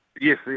Yes